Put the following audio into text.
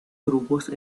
grupos